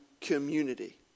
community